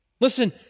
Listen